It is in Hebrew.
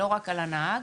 לא רק על הנהג.